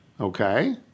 Okay